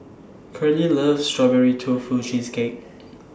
Curley loves Strawberry Tofu Cheesecake